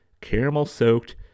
caramel-soaked